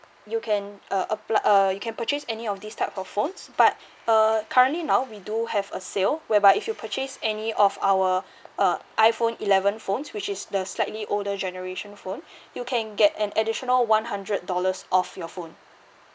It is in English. you can uh apply uh you can purchase any of these type of phones but uh currently now we do have a sale whereby if you purchase any of our uh iphone eleven phones which is the slightly older generation phone you can get an additional one hundred dollars off your phone